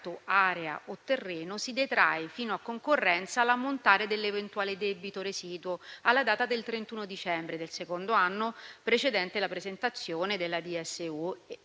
Grazie